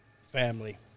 family